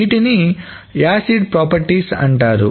వీటిని యాసిడ్ గుణాలు అంటారు